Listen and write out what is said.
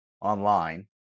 online